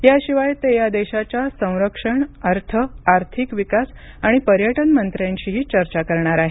याशिवाय ते या देशाच्या संरक्षण अर्थ आर्थिक विकास आणि पर्यटन मंत्र्यांशीही चर्चा करणार आहेत